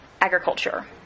agriculture